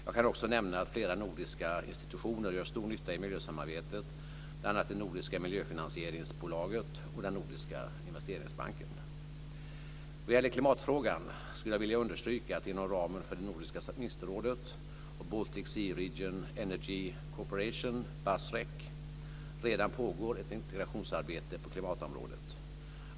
Jag kan också nämna att flera nordiska institutioner gör stor nytta i miljösamarbetet, bl.a. det nordiska miljöfinansieringsbolaget och den nordiska investeringsbanken. Vad gäller klimatfrågan skulle jag vilja understryka att det inom ramen för det nordiska ministerrådet och Baltic Sea Region Energy Cooperation - BAS REC - redan pågår ett integrationsarbete på klimatområdet.